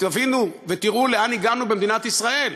תבינו ותראו לאן הגענו במדינת ישראל.